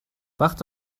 وقت